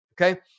Okay